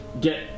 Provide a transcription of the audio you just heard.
get